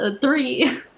three